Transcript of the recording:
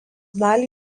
dalį